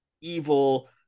evil